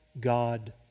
God